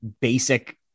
basic